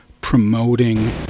promoting